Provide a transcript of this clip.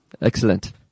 Excellent